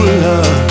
love